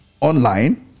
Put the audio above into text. online